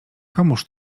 komuż